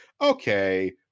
Okay